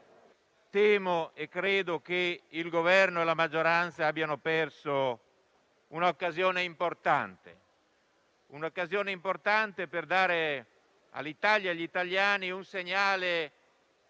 decreto-legge, il Governo e la maggioranza abbiano perso un'occasione importante per dare all'Italia e agli italiani un segnale